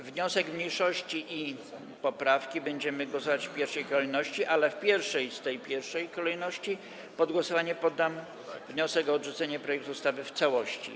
Nad wnioskiem mniejszości i poprawkami będziemy głosować w pierwszej kolejności, ale w pierwszej z tej pierwszej kolejności pod głosowanie poddam wniosek o odrzucenie projektu ustawy w całości.